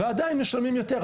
ועדיין משלמים יותר.